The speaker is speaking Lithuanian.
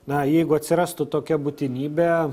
na jeigu atsirastų tokia būtinybė